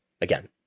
Again